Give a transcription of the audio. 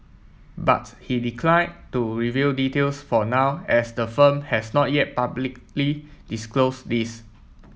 but he decline to reveal details for now as the firm has not yet publicly disclosed these